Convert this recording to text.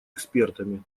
экспертами